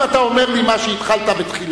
אם אתה אומר לי מה שהתחלת בתחילה,